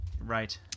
Right